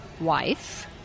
wife